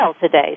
today